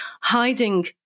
hiding